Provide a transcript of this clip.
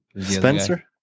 Spencer